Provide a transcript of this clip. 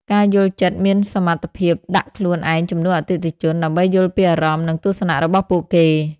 ការយល់ចិត្តមានសមត្ថភាពដាក់ខ្លួនឯងជំនួសអតិថិជន ដើម្បីយល់ពីអារម្មណ៍ និងទស្សនៈរបស់ពួកគេ។